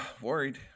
worried